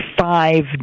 five